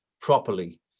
properly